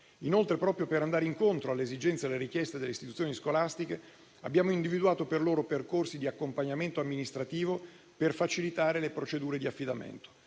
Inoltre, proprio per andare incontro alle esigenze e alle richieste delle istituzioni scolastiche, abbiamo individuato per loro percorsi di accompagnamento amministrativo per facilitare le procedure di affidamento.